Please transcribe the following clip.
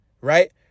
right